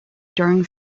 during